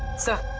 sir.